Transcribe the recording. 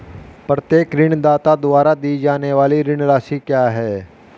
प्रत्येक ऋणदाता द्वारा दी जाने वाली ऋण राशि क्या है?